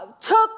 Took